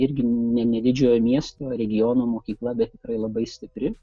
irgi ne ne didžiojo miesto regiono mokykla bet tikrai labai stipri